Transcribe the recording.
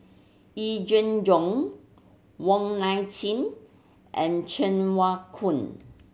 Yee Jenn Jong Wong Nai Chin and Cheng Wai Keung